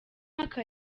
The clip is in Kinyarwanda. mwaka